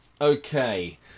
Okay